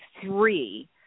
three